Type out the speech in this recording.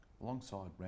Alongside